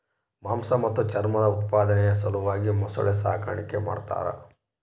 ಮಾಂಸ ಮತ್ತು ಚರ್ಮದ ಉತ್ಪಾದನೆಯ ಸಲುವಾಗಿ ಮೊಸಳೆ ಸಾಗಾಣಿಕೆ ಮಾಡ್ತಾರ